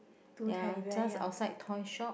ya just outside toy shop